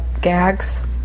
gags